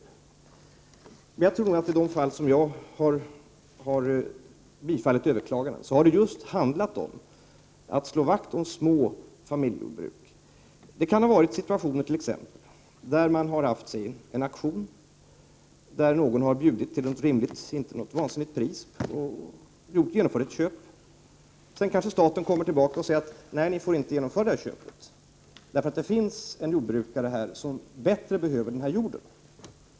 I de fall som har överklagats till regeringen och som jag har bifallit har det handlat om att man har slagit vakt om små familjejordbruk. Det kan ha varit en situation då en auktion har anordnats där någon har bjudit till ett rimligt och inte till ett vansinnigt pris och genomfört ett köp. Sedan kanske staten har sagt att detta köp inte får genomföras, då det har funnits en jordbrukare som bättre har behövt denna jord.